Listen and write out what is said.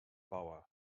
bauer